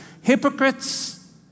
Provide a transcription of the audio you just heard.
hypocrites